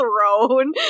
thrown